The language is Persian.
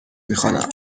میخوانم